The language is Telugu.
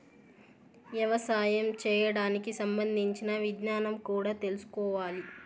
యవసాయం చేయడానికి సంబంధించిన విజ్ఞానం కూడా తెల్సుకోవాలి